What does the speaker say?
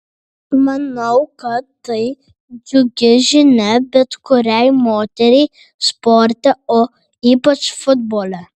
manau kad tai džiugi žinia bet kuriai moteriai sporte o ypač futbole